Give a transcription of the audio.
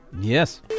Yes